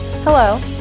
Hello